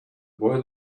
boy